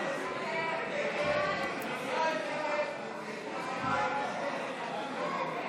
הסתייגות 1 לא נתקבלה.